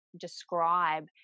describe